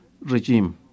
regime